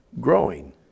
growing